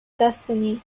destiny